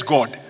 God